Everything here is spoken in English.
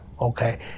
okay